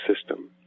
system